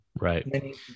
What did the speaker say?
right